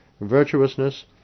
virtuousness